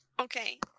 Okay